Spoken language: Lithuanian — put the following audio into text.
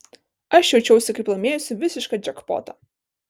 aš jaučiausi kaip laimėjusi visišką džekpotą